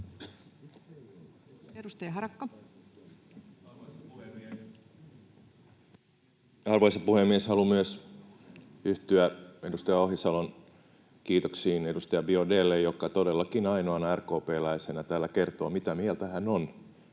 Arvoisa puhemies! Haluan myös yhtyä edustaja Ohisalon kiitoksiin edustaja Biaudet’lle, joka todellakin ainoana RKP:läisenä täällä kertoo, mitä mieltä hän on